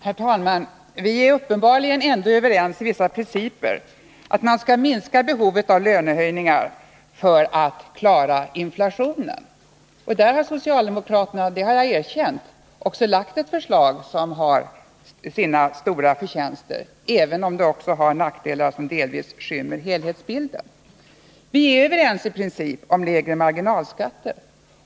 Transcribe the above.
Herr talman! Vi är uppenbarligen ändå överens om vissa principer, t.ex. att man skall minska behovet av lönehöjningar för att klara inflationen. Där har socialdemokraterna — och det har jag erkänt — lagt fram ett förslag som har sina stora förtjänster, även om det också har nackdelar som delvis skämmer helhetsbilden. Vi är också överens i princip om lägre marginalskatter.